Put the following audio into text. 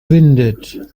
windet